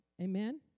Amen